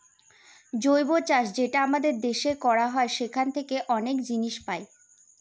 জৈব চাষ যেটা আমাদের দেশে করা হয় সেখান থাকে অনেক জিনিস পাই